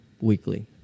weekly